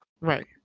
Right